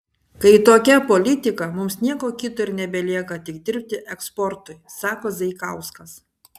kai tokia politika mums nieko kito ir nebelieka tik dirbti eksportui sako zaikauskas